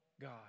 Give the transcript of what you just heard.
God